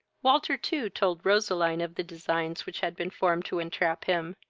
walter, too, told roseline of the designs which had been formed to entrap him,